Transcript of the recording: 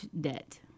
debt